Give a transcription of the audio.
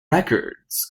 records